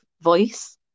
voice